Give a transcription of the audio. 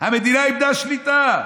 המדינה איבדה שליטה.